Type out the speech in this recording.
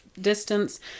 distance